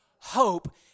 hope